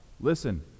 Listen